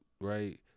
right –